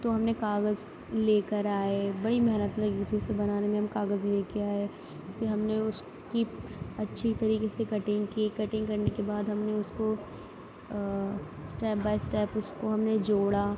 تو ہم نے کاغذ لے کر آئے بڑی محنت لگی اس کو بنانے میں ہم کاغذ لے کے آئے پھر ہم نے اس کی اچھی طریقے سے کٹنگ کی کٹنگ کرنے کے بعد ہم نے اس کو اسٹیپ بائی اسٹیپ اس کو ہم نے جوڑا